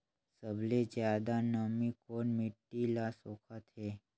सबले ज्यादा नमी कोन मिट्टी ल सोखत हे?